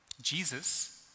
Jesus